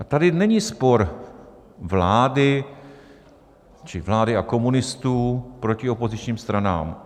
Tady není spor vlády či vlády a komunistů proti opozičním stranám.